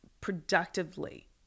productively